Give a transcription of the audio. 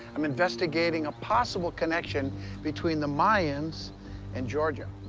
i'm investigating a possible connection between the mayans and georgia.